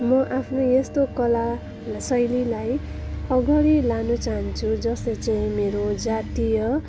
म आफ्नो यस्तो कला र शैलीलाई अगाडि लान चाहन्छु जसले चाहिँ मेरो जातीय